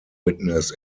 witness